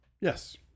Yes